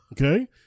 Okay